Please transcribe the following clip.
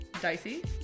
dicey